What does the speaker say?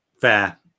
Fair